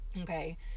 okay